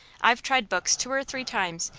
i've tried books two or three times,